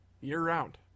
Year-round